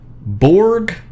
Borg